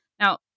Now